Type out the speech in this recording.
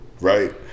Right